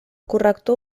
corrector